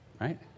right